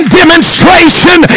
demonstration